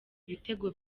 ibitego